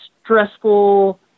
stressful